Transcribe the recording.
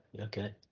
okay